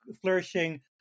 flourishing